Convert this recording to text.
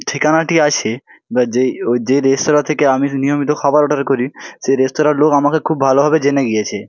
ঠিকানাটি আছে বা যেই ও যে রেস্তোরাঁ থেকে আমি নিয়মিত খাবার অর্ডার করি সে রেস্তোরাঁর লোক আমাকে খুব ভালোভাবে জেনে গিয়েছে